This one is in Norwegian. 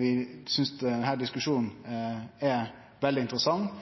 Vi synest denne diskusjonen er veldig interessant.